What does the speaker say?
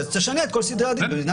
אז תשנה את כל סדרי הדין במדינת ישראל.